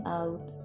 out